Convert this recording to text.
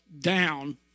down